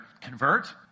convert